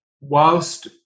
whilst